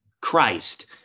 Christ